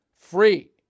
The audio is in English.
free